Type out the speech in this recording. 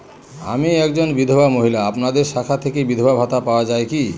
আমি একজন বিধবা মহিলা আপনাদের শাখা থেকে বিধবা ভাতা পাওয়া যায় কি?